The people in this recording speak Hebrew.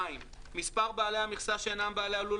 מספר בעלי המכסה שאינם בעלי הלול